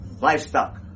livestock